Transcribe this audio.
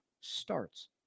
starts